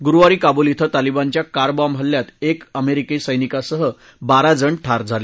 गुरुवारी काबूल इथं तालीबानच्या कारबॉम्ब हल्ल्यात एका अमेरिकी सत्तिकांसह बारा जण ठार झाले